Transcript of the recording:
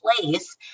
place